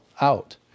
out